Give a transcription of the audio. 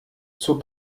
zur